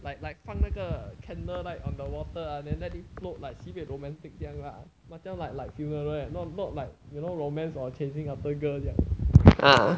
like like 放那个 candle light on the water ah then let it float like sibei romantic 这样啦:zhe yang lah macam like like funeral eh not not like you know romance or chasing after girl 这样 ah